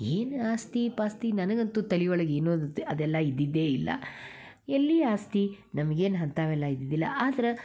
ಏನು ಆಸ್ತಿ ಪಾಸ್ತಿ ನನಗಂತೂ ತಲೆ ಒಳಗೆ ಏನೂ ಅದು ಅದೆಲ್ಲ ಇದ್ದಿದ್ದೇ ಇಲ್ಲ ಎಲ್ಲಿ ಆಸ್ತಿ ನಮ್ಗೇನೂ ಅಂಥವೆಲ್ಲ ಇದ್ದಿದ್ದಿಲ್ಲ ಆದ್ರೆ